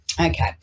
Okay